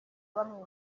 bamwe